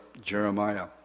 Jeremiah